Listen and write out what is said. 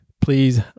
please